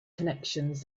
connections